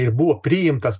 ir buvo priimtas